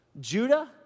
Judah